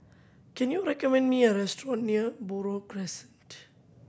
can you recommend me a restaurant near Buroh Crescent